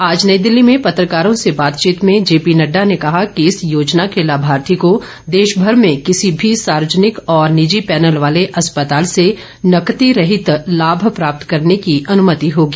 आज नई दिल्ली में पत्रकारों से बातचीत में जेपी नड्डा ने कहा कि इस योजना के लाभार्थी को देश भर में किसी भी सार्वजनिक और निजी पैनल वाले अस्पताल से नकदी रहित लाभ प्राप्त करने की अनुमति होगी